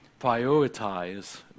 prioritize